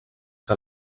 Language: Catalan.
que